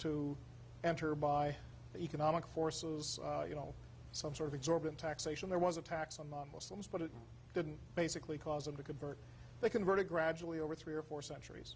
to enter by economic forces you know some sort of absorbent taxation there was a tax on the muslims but it didn't basically cause them to convert they converted gradually over three or four centuries